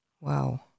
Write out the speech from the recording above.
Wow